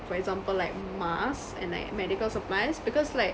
for example like masks and like medical supplies because like